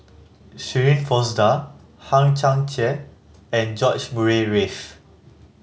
Shirin Fozdar Hang Chang Chieh and George Murray Reith